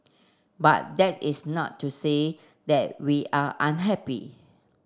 but that is not to say that we are unhappy